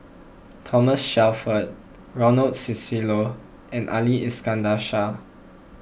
Thomas Shelford Ronald Susilo and Ali Iskandar Shah